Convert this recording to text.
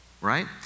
right